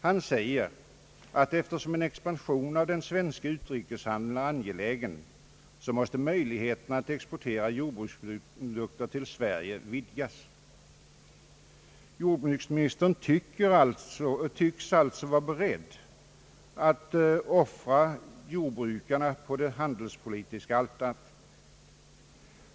Han säger att eftersom en expansion av den svenska utrikeshandeln är angelägen måste möjligheterna för andra länder att exportera jordbruksprodukter till Sverige vidgas. Jordbruksministern tycks alltså vara beredd att offra jordbrukarna på det handelspolitiska altaret.